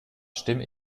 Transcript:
stimme